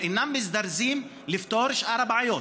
אינם מזדרזים לפתור את שאר הבעיות.